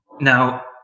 now